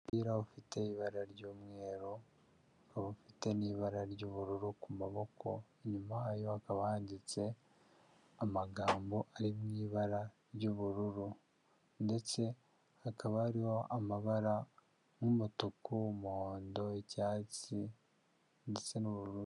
Umupira ufite ibara ry'umweru ufite n'ibara ry'ubururu ku maboko inyuma hakaba handitse amagambo ari mu ibara ry'ubururu ndetse hakaba hariho amabara nk'umutuku, umuhondo, icyatsi ndetse n'ubururu.